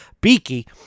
beaky